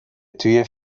توی